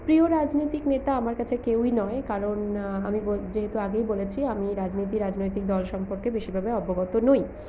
প্রিয় রাজনৈতিক নেতা আমার কাছে কেউই নয় কারন আমি বো যেহেতু আগেই বলেছি আমি রাজনীতি রাজনৈতিক দল সম্পর্কে বিশেষভাবে অবগত নই